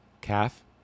calf